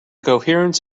coherence